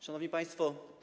Szanowni Państwo!